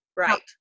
Right